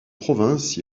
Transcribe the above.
province